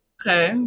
Okay